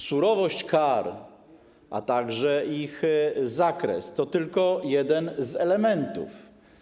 Surowość kar, a także ich zakres to tylko jeden z jego elementów.